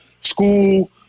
school